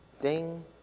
Ding